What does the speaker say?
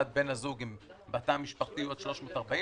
החייבת בתא המשפחתי תהיה עד 340,000,